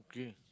okay